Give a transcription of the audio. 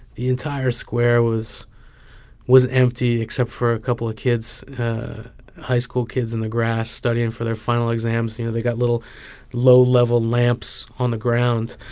the entire square was was empty except for a couple of kids high school kids in the grass studying for their final exams. you know, they got little low-level lamps on the ground.